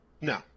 No